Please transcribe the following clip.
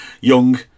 Young